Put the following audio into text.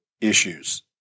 issues